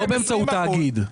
לא באמצעות תאגיד.